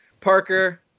Parker